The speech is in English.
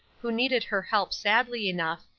who needed her help sadly enough,